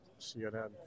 CNN